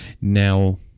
now